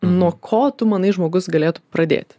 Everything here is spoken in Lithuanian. nuo ko tu manai žmogus galėtų pradėti